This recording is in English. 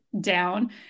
down